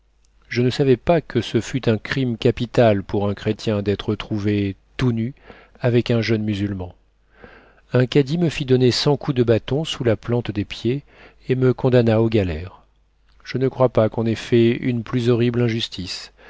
je ne savais pas que ce fût un crime capital pour un chrétien d'être trouvé tout nu avec un jeune musulman un cadi me fit donner cent coups de bâton sous la plante des pieds et me condamna aux galères je ne crois pas qu'on ait fait une plus horrible injustice